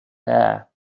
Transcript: bare